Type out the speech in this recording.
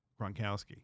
Gronkowski